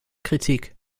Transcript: kritik